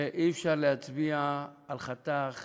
שאי-אפשר להצביע על חתך